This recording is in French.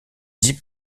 dix